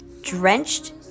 drenched